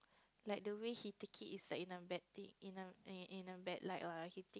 like the way he take it is in a bad thing in a in a bad light lah like it